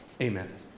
Amen